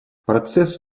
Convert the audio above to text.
процесс